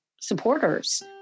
supporters